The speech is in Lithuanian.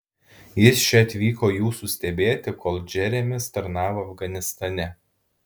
jis čia atvyko jūsų stebėti kol džeremis tarnavo afganistane